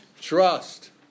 Trust